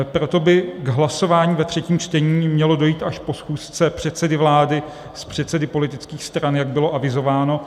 Proto by k hlasování ve třetím čtení mělo dojít až po schůzce předsedy vlády s předsedy politických stran, jak bylo avizováno.